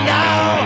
now